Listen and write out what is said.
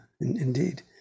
indeed